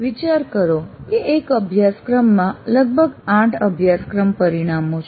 વિચાર કરો કે એક અભ્યાસક્રમમાં લગભગ 8 અભ્યાસક્રમ પરિણામો છે